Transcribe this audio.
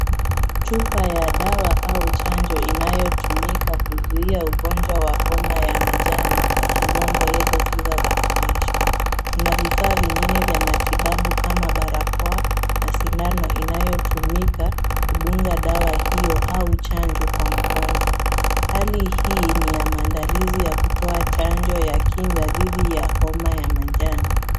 Chupa ya dawa au chanjo inayotumika kuzuia ugonjwa wa homa ya manjano kwa kimombo yellow fever vaccination . Kuna vifaa vingine vya matibabu kama barakoa na sindano inayotumika kudunga dawa hiyo au chanjo kwa mgonjwa. Hali hii ni ya maandalizi ya kutoa chanjo ya kinga dhidi ya homa ya manjano.